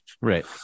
Right